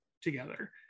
together